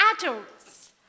adults